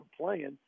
playing